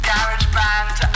GarageBand